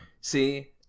See